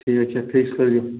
ଠିକ୍ଅଛି ଫିକ୍ସ କରିଦେ